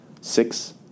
Six